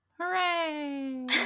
Hooray